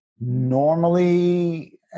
normally